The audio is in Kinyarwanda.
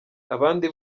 abandi